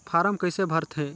Form कइसे भरते?